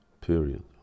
period